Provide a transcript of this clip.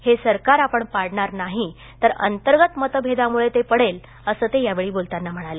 हे सरकार आपण पाडणार नाही तर अंतर्गत मतभेदामुळे ते पडेल असं ते यावेळी बोलताना म्हणाले